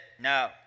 no